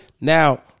Now